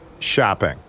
Shopping